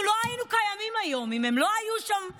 אנחנו לא היינו קיימים היום אם הם לא היו שם בקרב,